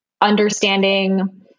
understanding